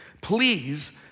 Please